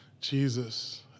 Jesus